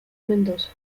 mendoza